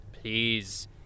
please